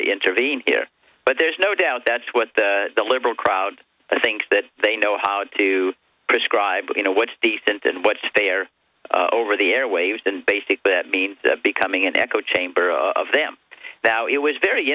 intervene here but there's no doubt that's what the liberal crowd i think that they know how to prescribe you know what's decent and what they are over the airwaves and basic that means becoming an echo chamber of them that it was very